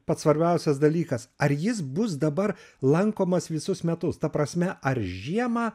pats svarbiausias dalykas ar jis bus dabar lankomas visus metus ta prasme ar žiemą